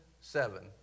seven